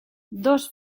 dos